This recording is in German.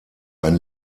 ein